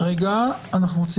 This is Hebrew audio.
רציתי